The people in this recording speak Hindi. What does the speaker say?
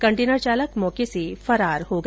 कंटेनर चालक मौके से फरार हो गया